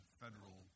federal